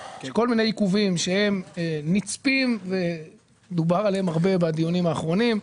יש כל מיני עיכובים שהם נצפים ודובר עליהם הרבה בדיונים האחרונים,